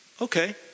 okay